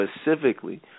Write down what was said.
specifically